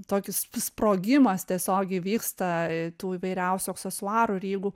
tokis sprogimas tiesiog įvyksta tų įvairiausių aksesuarų ir jeigu